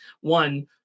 One